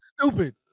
stupid